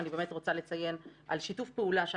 אני באמת רוצה לציין את שיתוף הפעולה